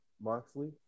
Moxley